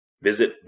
Visit